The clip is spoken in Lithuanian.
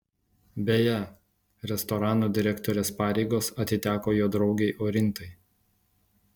beje restorano direktorės pareigos atiteko jo draugei orintai